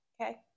Okay